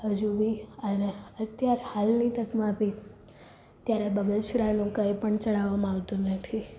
હજુ બી અને અત્યાર હાલની તતમાં બી ત્યારે બગસરાનું કાઈ પણ ચડાવવામાં આવતું નથી